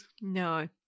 No